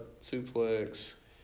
Suplex